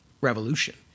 revolution